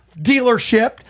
dealership